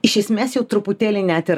iš esmės jau truputėlį net ir